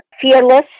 fearless